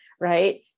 right